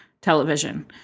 television